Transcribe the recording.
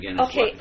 Okay